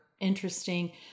interesting